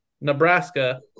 Nebraska